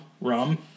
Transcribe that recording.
rum